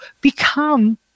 become